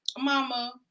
Mama